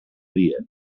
dia